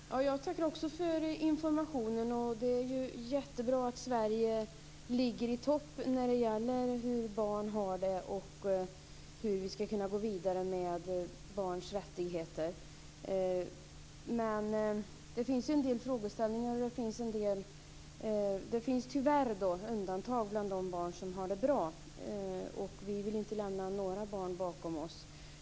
Fru talman! Jag tackar också för informationen. Det är jättebra att Sverige ligger i topp när det gäller hur barn har det och hur vi skall kunna gå vidare med barns rättigheter. Men det finns en del frågor kring och tyvärr undantag från de barn som har det bra. Vi vill inte lämna några barn utanför.